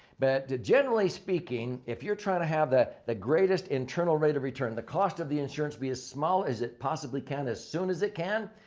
but generally speaking, if you're trying to have that the greatest internal rate of return, the cost of the insurance be as small as it possibly can as soon as it can,